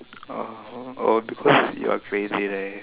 oh because you are crazy right